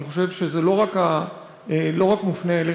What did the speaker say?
אני חושב שזה לא רק מופנה אליך,